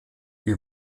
die